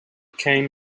became